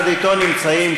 אתו נמצאים,